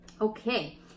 Okay